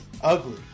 Ugly